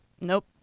nope